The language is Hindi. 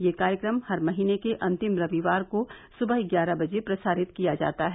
यह कार्यक्रम हर महीने के अंतिम रविवार को सुबह ग्यारह बजे प्रसारित किया जाता है